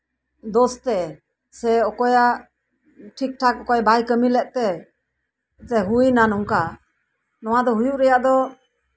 ᱚᱠᱚᱭᱟᱜ ᱫᱳᱥᱛᱮ ᱥᱮ ᱚᱠᱚᱭᱟᱜ ᱴᱷᱤᱠ ᱴᱷᱟᱠ ᱚᱠᱚᱭ ᱵᱟᱭ ᱠᱟᱹᱢᱤ ᱞᱮᱫᱛᱮ ᱦᱩᱭ ᱮᱱᱟ ᱱᱚᱝᱠᱟ ᱱᱚᱶᱟ ᱫᱚ ᱦᱩᱭᱩᱜ ᱨᱮᱭᱟᱜ ᱫᱚ